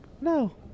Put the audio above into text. No